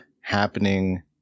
happening